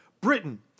Britain